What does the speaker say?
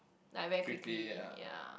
like very quickly ya